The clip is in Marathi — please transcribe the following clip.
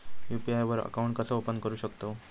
यू.पी.आय वर अकाउंट कसा ओपन करू शकतव?